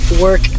work